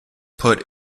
put